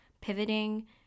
pivoting